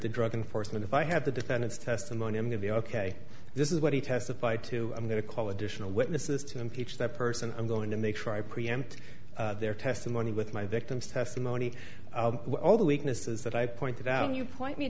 drug enforcement if i have the defendant's testimony i'm going to be ok this is what he testified to i'm going to call additional witnesses to impeach that person i'm going to make sure i preempt their testimony with my victim's testimony all the weaknesses that i pointed out and you point me